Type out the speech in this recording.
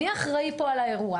מי אחראי פה על האירוע?